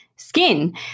skin